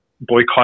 boycott